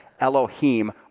Elohim